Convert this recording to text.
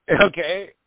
Okay